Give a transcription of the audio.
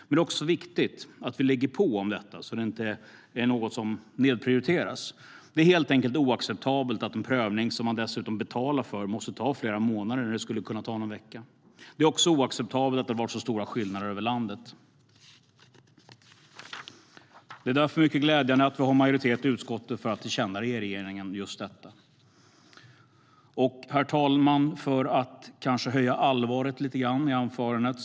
Men det är också viktigt att vi ligger på om detta, så att det inte är något som nedprioriteras. Det är därför mycket glädjande att vi har en majoritet i utskottet för att tillkännage just detta för regeringen. Herr talman! Jag ska kanske öka allvaret lite grann i anförandet.